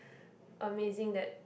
amazing that